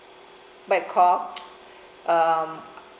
what you call um